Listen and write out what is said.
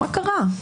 מה קרה?